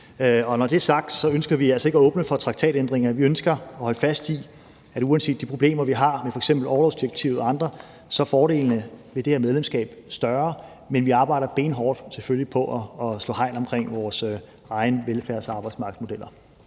Når det er sagt, ønsker vi altså ikke at åbne for traktatændringer. Vi ønsker at holde fast i, at uanset de problemer, vi har, med f.eks. orlovsdirektivet og andre, så er fordelene ved det her medlemskab større. Men vi arbejder benhårdt, selvfølgelig, på at slå hegn omkring vores egne velfærds- og arbejdsmarkedsmodeller.